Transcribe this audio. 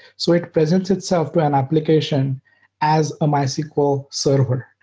so it presents itself to an application as a mysql server,